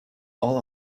all